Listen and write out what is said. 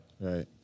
Right